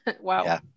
Wow